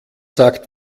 sagt